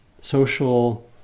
social